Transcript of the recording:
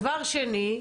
דבר שני,